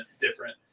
different